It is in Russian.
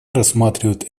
рассматривает